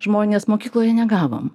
žmonės mokykloje negavom